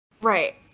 Right